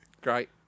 Great